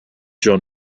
john